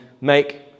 make